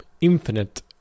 infinite